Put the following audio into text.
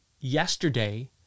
yesterday